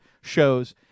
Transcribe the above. shows